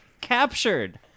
captured